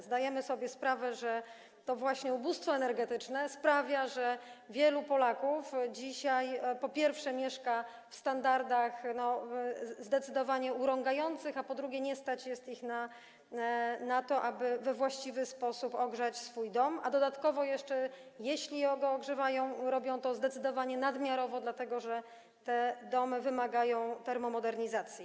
Zdajemy sobie sprawę, że to właśnie ubóstwo energetyczne sprawia, że wielu Polaków dzisiaj, po pierwsze, mieszka w standardach zdecydowanie urągających, a po drugie, nie stać ich na to, aby we właściwy sposób ogrzać swój dom, a dodatkowo jeszcze, jeśli go ogrzewają, robią to zdecydowanie nadmiarowo, dlatego że te domy wymagają termomodernizacji.